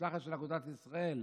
המשלחת של אגודת ישראל